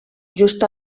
just